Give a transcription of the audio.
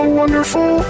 wonderful